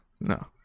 No